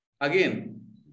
again